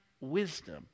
wisdom